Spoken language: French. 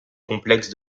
complexe